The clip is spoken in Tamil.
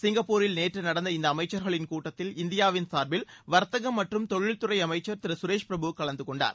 சிங்கப்பூரில் நேற்று நடந்த இந்த அமைச்சர்களின் கூட்டத்தில் இந்தியாவின் சார்பில் வர்த்தகம் மற்றும் தொழில்துறை அமைச்சர் திரு சுரேஷ் பிரபு கலந்துகொண்டார்